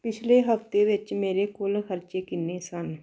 ਪਿਛਲੇ ਹਫ਼ਤੇ ਵਿੱਚ ਮੇਰੇ ਕੁੱਲ ਖਰਚੇ ਕਿੰਨੇ ਸਨ